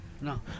No